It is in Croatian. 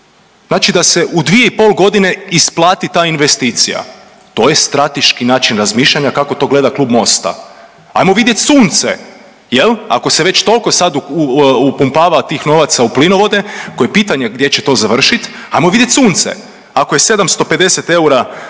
Znači da se u dvije i pol godine isplati ta investicija. To je strateški način razmišljanja kako to gleda klub MOST-a. Hajmo vidjet sunce, jel' ako se već toliko sad upumpava tih novaca u plinovode koji pitanje gdje će to završiti hajmo vidjeti sunce. Ako je 750 eura infrastruktura